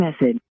message